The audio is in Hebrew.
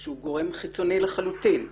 שהוא גורם חיצוני לחלוטין,